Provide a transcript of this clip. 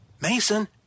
Mason